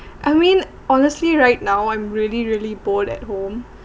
I mean honestly right now I'm really really bored at home